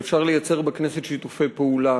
ואפשר לייצר בכנסת שיתופי פעולה